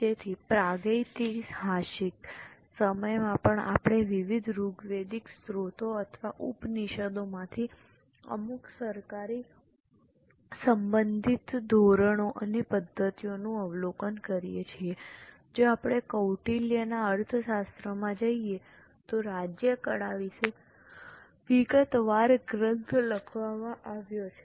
તેથી પ્રાગૈતિહાસિક સમયમાં પણ આપણે વિવિધ ઋગ્વેદિક સ્તોત્રો અથવા ઉપનિષદોમાંથી અમુક સરકારી સંબંધિત ધોરણો અને પદ્ધતિઓનું અવલોકન કરીએ છીએ જો આપણે કૌટિલ્યના અર્થશાસ્ત્રમાં જઈએ તો રાજ્યકળા વિશે વિગતવાર ગ્રંથ લખવામાં આવ્યો છે